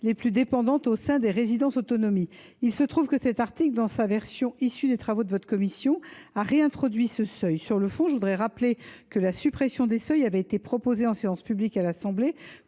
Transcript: les plus dépendantes au sein des résidences autonomie. Or il se trouve que la version de cet article qui est issue des travaux de votre commission a réintroduit ce seuil. Sur le fond, je voudrais rappeler que la suppression des seuils avait été proposée en séance publique à l’Assemblée